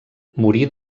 morí